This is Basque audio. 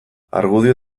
argudio